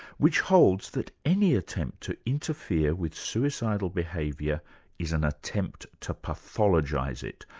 which holds that any attempt to interfere with suicidal behaviour is an attempt to pathologise it,